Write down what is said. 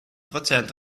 prozent